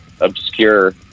obscure